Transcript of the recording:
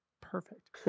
Perfect